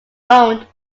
owned